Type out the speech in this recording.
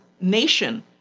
nation